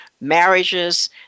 marriages